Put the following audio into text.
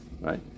Right